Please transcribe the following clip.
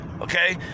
okay